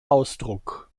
ausdruck